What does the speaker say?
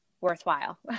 worthwhile